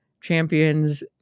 Champions